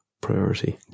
priority